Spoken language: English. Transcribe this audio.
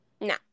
No